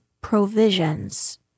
provisions